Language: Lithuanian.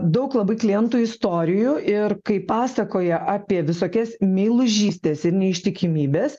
daug labai klientų istorijų ir kaip pasakoja apie visokias meilužystes ir neištikimybes